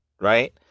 Right